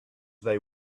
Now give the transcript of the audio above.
they